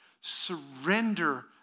surrender